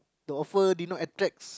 the offer did not attracts